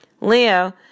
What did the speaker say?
Leo